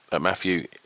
matthew